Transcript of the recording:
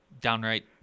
downright